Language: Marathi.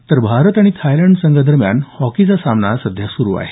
तर भारत आणि थायलंड संघादरम्यान हॉकीचा सामना सध्या सुरू आहे